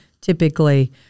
Typically